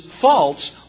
false